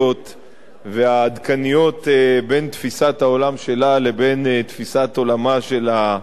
והעדכניות בין תפיסת העולם שלה לבין תפיסת עולמה של הממשלה,